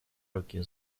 руки